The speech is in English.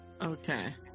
Okay